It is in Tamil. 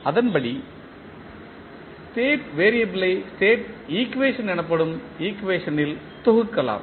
அதன்படி ஸ்டேட் வேரியபிள் ஐ ஸ்டேட் ஈக்குவேஷன் எனப்படும் ஈக்குவேஷன்டில் தொகுக்கலாம்